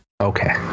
okay